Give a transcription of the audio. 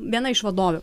viena iš vadovių